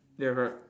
ya correct